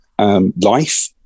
life